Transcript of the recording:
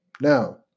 Now